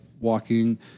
walking